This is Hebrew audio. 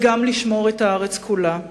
וגם לשמור על הארץ כולה.